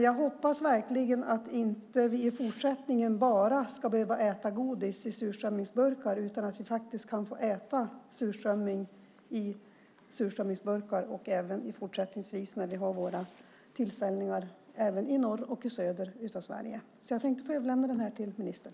Jag hoppas verkligen att vi i fortsättningen inte bara ska äta godis ur surströmmingsburkar utan att vi faktiskt kan äta surströmming ur surströmmingsburkar vid våra tillställningar i både norra och södra Sverige. Jag tänkte överlämna dessa till ministern.